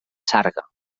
sarga